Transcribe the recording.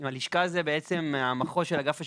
הלשכה, זה בעצם המחוז של אגף השיקום.